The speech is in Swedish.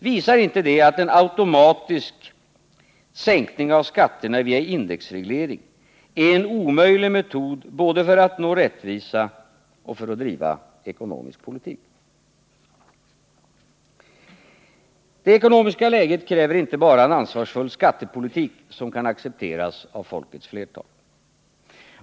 Visar inte det att en automatisk sänkning av skatterna via indexreglering är en omöjlig metod både för att nå rättvisa och för att driva Det ekonomiska läget kräver inte bara en ansvarsfull skattepolitik som kan accepteras av folkets flertal.